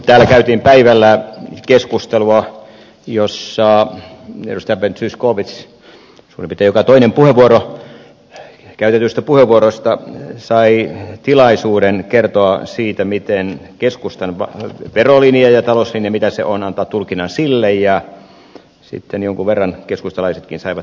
täällä käytiin päivällä keskustelua jossa edustaja ben zyskowicz suurin piirtein joka toisessa puheenvuorossa käytetyistä puheenvuoroista sai tilaisuuden kertoa siitä mitä keskustan verolinja ja talouslinja on antaa tulkinnan sille ja sitten jonkun verran keskustalaisetkin saivat puheenvuoroja